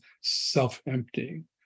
self-emptying